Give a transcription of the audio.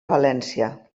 valència